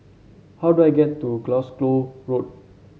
how do I get to Glasgow Road